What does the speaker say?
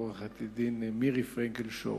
עורכת-הדין מירי פרנקל-שור.